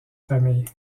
famille